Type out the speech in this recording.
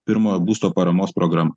pirmojo būsto paramos programa